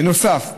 בנוסף,